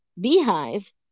beehive